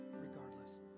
regardless